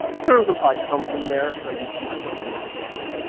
terms will probably come from there, so you might want to just have a gander.